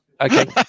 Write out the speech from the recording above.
okay